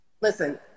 listen